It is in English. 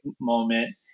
moment